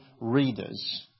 readers